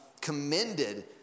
commended